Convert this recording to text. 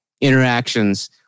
Interactions